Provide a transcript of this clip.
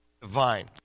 divine